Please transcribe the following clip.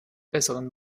besseren